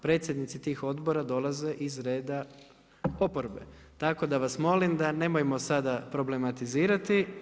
Predsjednici tih odbora dolaze iz reda oporbe, tako da vas molim da nemojmo sada problematizirati.